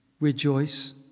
Rejoice